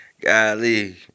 Golly